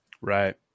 Right